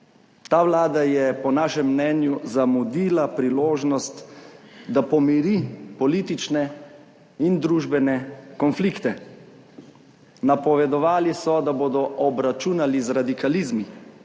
Ta vlada je po našem mnenju zamudila priložnost, da pomiri politične in družbene konflikte. Napovedovali so, da bodo obračunali z radikalizmi